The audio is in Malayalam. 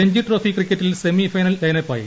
രഞ്ജി ട്രോഫി ക്രിക്കറ്റിൽ സെമിഫൈനൽ ലൈൻ അപ്പായി